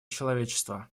человечества